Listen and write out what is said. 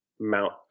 Mount